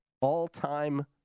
All-time